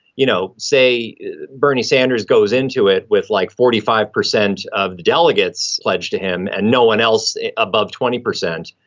you know, say bernie sanders goes into it with like forty five percent of the delegates pledged to him and no one else above twenty percent.